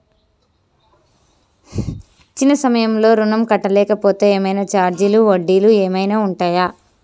ఇచ్చిన సమయంలో ఋణం కట్టలేకపోతే ఏమైనా ఛార్జీలు వడ్డీలు ఏమైనా ఉంటయా?